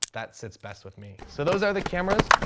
that sits best with me. so those are the cameras,